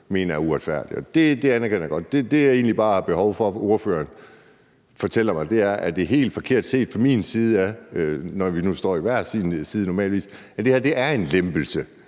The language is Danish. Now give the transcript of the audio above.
mener er uretfærdig. Og det anerkender jeg. Det, jeg egentlig bare har behov for at ordføreren fortæller mig, er, om det er helt forkert set fra min side – når vi nu normalvis står i hver sin side – at det her er en lempelse